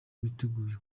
biteguye